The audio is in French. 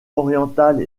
orientales